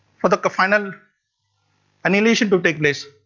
for the final annihilation to take place.